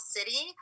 City